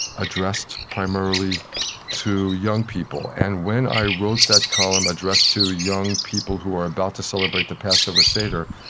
addressed primarily to young people. and when i wrote that column addressed to young people who are about to celebrate the passover seder,